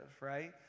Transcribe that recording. right